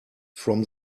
from